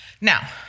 Now